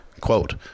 Quote